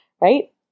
right